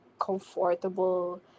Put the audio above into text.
comfortable